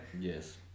Yes